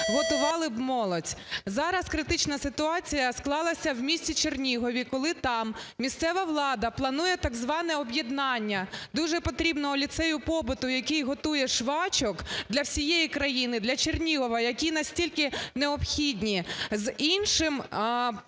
готували б молодь. Зараз критична ситуація склалася у місті Чернігові, коли там місцева влада планує так зване об'єднання дуже потрібного ліцею побуту, який готує швачок для всієї країни, для Чернігова, які настільки необхідні, з іншим